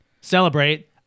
celebrate